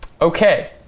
Okay